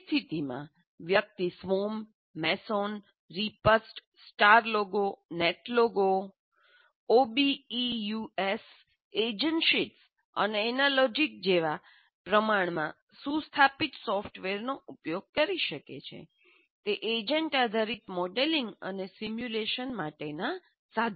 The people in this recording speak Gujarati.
તે સ્થિતિમાં વ્યક્તિ Swarm MASON Repast StarLogo NetLogo OBEUS AgentSheets અને એનલોજિક જેવા પ્રમાણમાં સુસ્થાપિત સોફ્ટવેરનો ઉપયોગ કરી શકે છે તે એજન્ટ આધારિત મોડેલિંગ અને સિમ્યુલેશન માટેનાં સાધનો છે